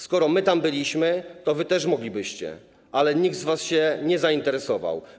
Skoro my tam byliśmy, to wy też moglibyście, ale nikt z was się nie zainteresował.